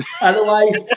Otherwise